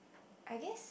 I guess